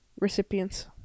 recipients